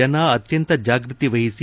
ಜನ ಅತ್ತಂತ ಜಾಗೃತಿ ವಹಿಸಿ